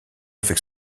avec